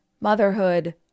motherhood